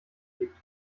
gibt